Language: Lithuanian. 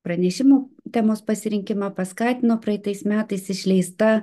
pranešimo temos pasirinkimą paskatino praeitais metais išleista